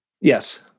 Yes